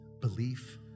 Belief